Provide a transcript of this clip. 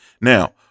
Now